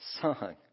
song